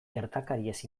gertakariez